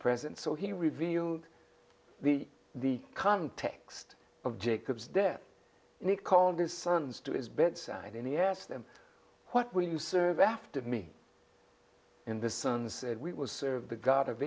present so he revealed the the context of jacob's death and he called his sons to his bedside and he asked them what will you serve after me in the sunset we will serve the god of